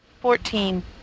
Fourteen